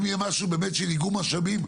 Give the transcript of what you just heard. אם יהיה משהו באמת של איגום משאבים,